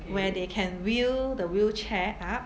where they can wheel the wheelchair up